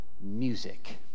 music